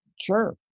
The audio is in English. sure